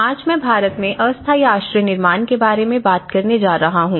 आज मैं भारत में अस्थायी आश्रय निर्माण के बारे में बात करने जा रहा हूँ